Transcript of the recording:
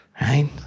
right